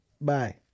Bye